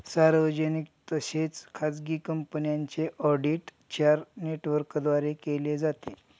सार्वजनिक तसेच खाजगी कंपन्यांचे ऑडिट चार नेटवर्कद्वारे केले जाते